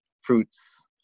fruits